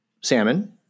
salmon